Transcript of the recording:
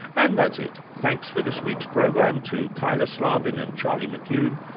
and that's it. thanks for this week's program to kyla slaven and charlie mckune.